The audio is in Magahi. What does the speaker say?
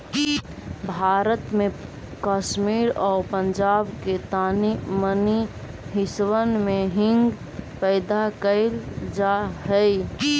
भारत में कश्मीर आउ पंजाब के तानी मनी हिस्सबन में हींग पैदा कयल जा हई